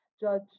Judge